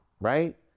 right